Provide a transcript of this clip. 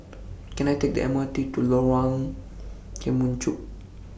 Can I Take The M R T to Lorong Kemunchup